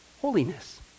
Holiness